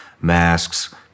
masks